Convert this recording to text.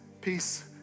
Peace